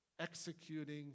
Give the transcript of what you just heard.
executing